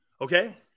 Okay